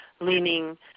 leaning